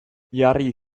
jarri